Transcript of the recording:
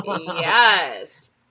yes